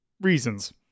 reasons